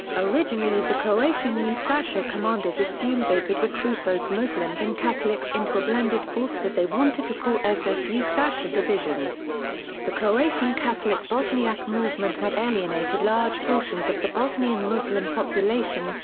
originally the croatian ustasha commanders assumed they could recruit both muslims and catholics into a blended force that they wanted to call ss ustasha division the croatian catholic-bosniak movement had alienated large portions of the bosnian muslim population,